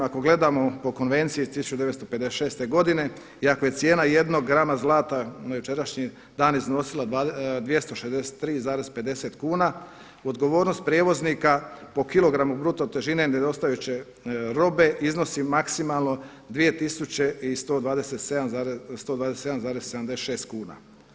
Ako gledamo po Konvenciji iz 1956. godine i ako je cijena jednog grama zlata na jučerašnji dan iznosila 263,50 kuna odgovornost prijevoznika po kilogramu bruto težine nedostajuće robe iznosi maksimalno 2127,76 kuna.